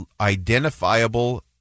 identifiable